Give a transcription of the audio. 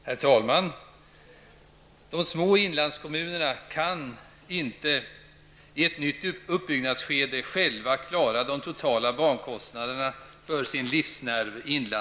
Herr talman! De små inlandskommunerna kan inte för sin livsnerv, inlandsbanan -- i ett nytt uppbyggnadsskede -- själva klara de totala bankostnaderna.